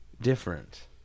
different